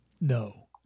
No